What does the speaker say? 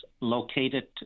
located